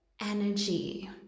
energy